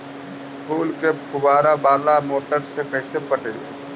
फूल के फुवारा बाला मोटर से कैसे पटइबै?